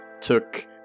took